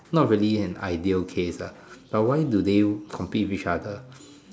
not really an ideal case ah but why do they compete with each other